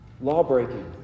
law-breaking